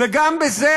וגם בזה,